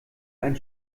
ein